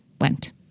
went